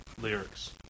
lyrics